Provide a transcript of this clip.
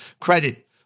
credit